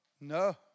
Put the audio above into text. no